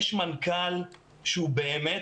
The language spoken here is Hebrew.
יש מנכ"ל שהוא באמת,